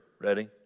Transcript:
ready